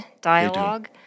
dialogue